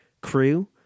crew